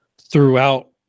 throughout